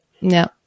No